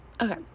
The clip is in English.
okay